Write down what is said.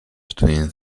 between